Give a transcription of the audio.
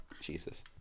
jesus